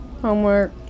homework